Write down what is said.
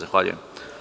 Zahvaljujem.